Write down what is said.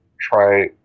try